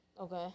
Okay